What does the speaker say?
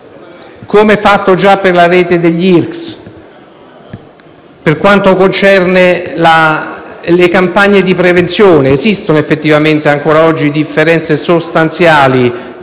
già fatto per la rete degli IRCCS. Per quanto concerne le campagne di prevenzione, esistono effettivamente, ancora oggi, differenze sostanziali